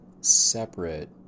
separate